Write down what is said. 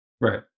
Right